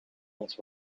ons